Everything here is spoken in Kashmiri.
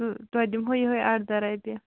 تہٕ تۅہہِ دِمہو یِہَے اَرداہ رۄپیہِ